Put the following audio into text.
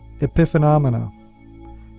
epiphenomena